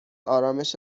آرامش